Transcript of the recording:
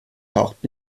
taucht